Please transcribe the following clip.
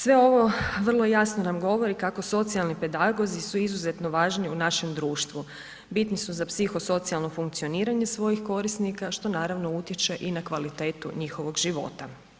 Sve ovo vrlo jasno nam govori kako socijalni pedagozi su izuzetno važni u našem društvu, bitni su za psihosocijalno funkcioniranje svojih korisnika, što naravno utječe i na kvalitetu njihovog života.